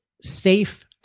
safe